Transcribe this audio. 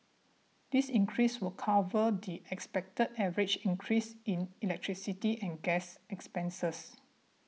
this increase will cover the expected average increase in electricity and gas expenses